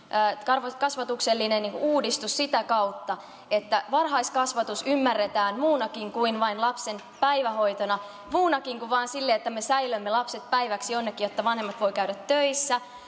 varhaiskasvatuksellinen uudistus sitä kautta että varhaiskasvatus ymmärretään muunakin kuin vain lapsen päivähoitona muunakin kuin vain silleen että me säilömme lapset päiväksi jonnekin jotta vanhemmat voivat käydä töissä